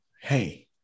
hey